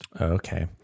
Okay